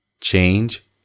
Change